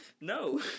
No